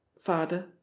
father